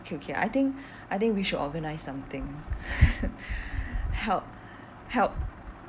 okay okay I think I think we should organise something help help